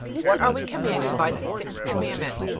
what are we commanded by the sixth commandment?